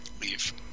leave